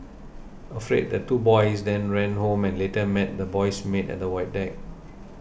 afraid the two boys then ran home and later met the boy's maid at the void deck